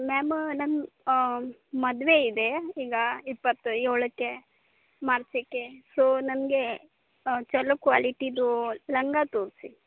ma'am ನನ್ನ ಮದುವೆ ಇದೆ ಈಗ ಇಪ್ಪತ್ತೇಳಕ್ಕೆ ಮಾರ್ಚಿಗೆ ಸೋ ನನಗೆ ಛಲೋ ಕ್ವಾಲಿಟಿದು ಲಂಗ ತೋರಿಸಿ